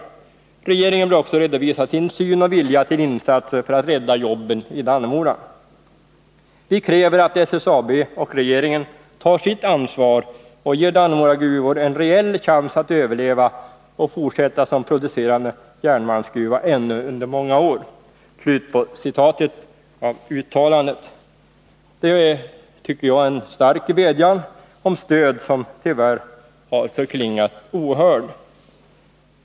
Regeringen bör också redovisa sin syn och vilja till insatser för att rädda jobben i Dannemora. Vi kräver att SSAB och regeringen tar sitt ansvar och ger Dannemora gruvor en reell chans att överleva och fortsätta som producerande järnmalmsgruva ännu under många år.” Det tycker jag är en stark vädjan om stöd, som tyvärr har klingat ohörd.